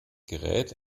gerät